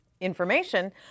information